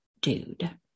dude